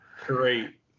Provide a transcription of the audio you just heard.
Great